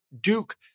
Duke